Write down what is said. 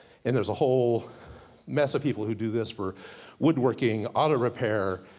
and there's a whole mess of people who do this, for woodworking, auto repair,